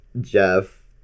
Jeff